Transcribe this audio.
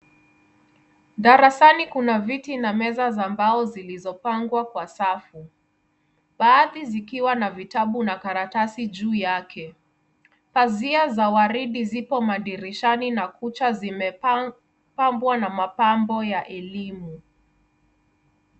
Darasani kuna viti na meza za mbao zilizopangwa kwa safu. Baadhi zikiwa na vitabu na karatasi juu yake. Pazia za waridi zipo madirishani na kuta zimepambwa na mapambo ya elimu.